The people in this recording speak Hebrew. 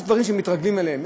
יש דברים שמתרגלים אליהם,